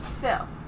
Phil